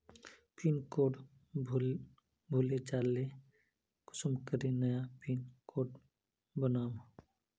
Pin code भूले जाले कुंसम करे नया पिन कोड बनाम?